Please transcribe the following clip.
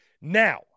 Now